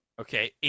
Okay